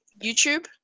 YouTube